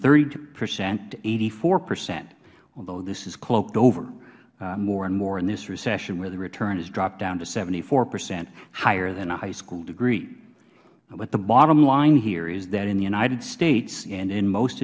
thirty percent to eighty four percent although this is cloaked over more and more in this recession where the return has dropped down to seventy four percent higher than a high school degree but the bottom line here is that in the united states and in most